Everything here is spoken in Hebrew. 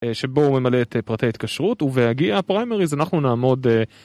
שבו הוא ממלא את פרטי התקשרות, ובהגיע הפריימריז אנחנו נעמוד...